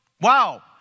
Wow